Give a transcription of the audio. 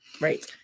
Right